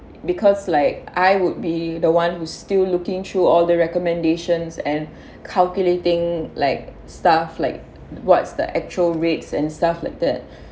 because like I would be the one who's still looking through all the recommendations and calculating like stuff like what's the actual rates and stuff like that